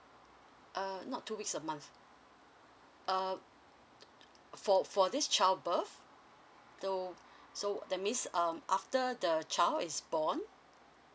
err not two weeks a month err for for this child birth so so that means um after the child is born